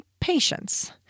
patience